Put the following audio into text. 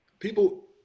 People